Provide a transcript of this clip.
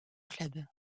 club